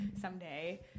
someday